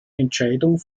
entscheidung